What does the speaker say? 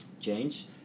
change